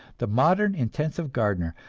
the modern intensive gardener,